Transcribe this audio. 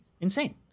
Insane